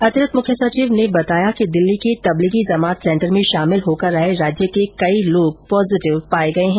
अतिरिक्त मुख्य सचिव ने बताया कि दिल्ली के तबलीगी जमात सेंटर में शामिल होकर आये राज्य के कई लोग पॉजिटिव पाये गये है